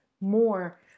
more